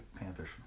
Panthers